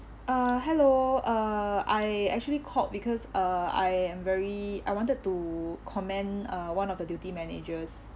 uh hello uh I actually called because uh I am very I wanted to commend uh one of the duty managers